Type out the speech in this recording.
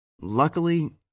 Luckily